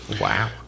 Wow